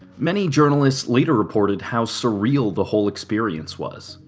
many journalists later reported how surreal the whole experience was.